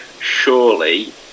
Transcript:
surely